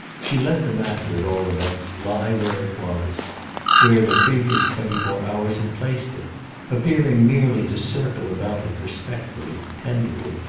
she let the matter, at all events, lie where it was where the previous twenty-four hours had placed it appearing merely to circle about it respectfully, tenderly,